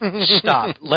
Stop